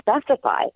specify